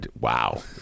wow